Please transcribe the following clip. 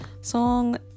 song